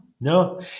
no